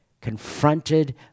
confronted